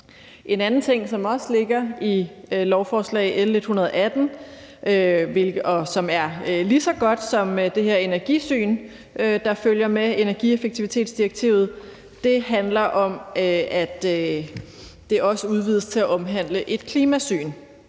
En anden ting, som også ligger i L 118, og som er lige så godt som det her energisyn, der følger med energieffektivitetsdirektivet, er, at det også udvides til at omhandle et klimasyn.